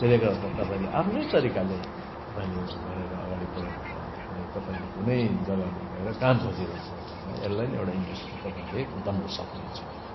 त्यसले गर्दा तपाईँलाई आफनै तरिकाले तपाईँले यो गरेर अगाडि बडाउनुभयो भनेदेखिन्लाई तपाईँले कुनै जग्गामा गएर काम खोजिरहनु पर्दैन यसलाई नै एउटा इन्डस्ट्री तपाईँले बनाउन सक्नुहुन्छ